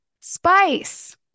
Spice